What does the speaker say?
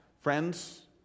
friends